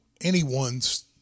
anyone's